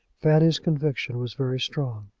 fanny's conviction was very strong.